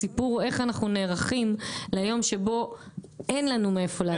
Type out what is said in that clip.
הסיפור הוא איך אנחנו נערכים ליום שבו אין לנו מאיפה להביא,